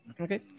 Okay